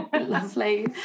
Lovely